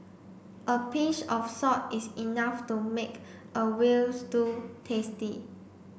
a pinch of salt is enough to make a veal stew tasty